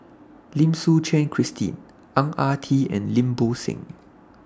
Lim Suchen Christine Ang Ah Tee and Lim Bo Seng